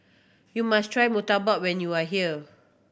you must try murtabak when you are here